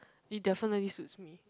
it definitely suits me